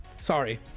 sorry